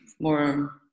more